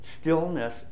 stillness